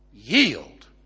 yield